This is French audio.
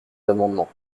amendements